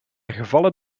gevallen